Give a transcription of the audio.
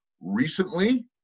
recently